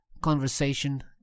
conversation